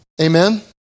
Amen